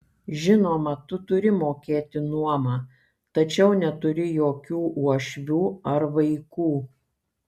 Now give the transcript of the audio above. žinoma tu turi mokėti nuomą tačiau neturi jokių uošvių ar vaikų